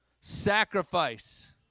sacrifice